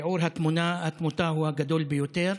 שיעור התמותה הוא הגדול ביותר.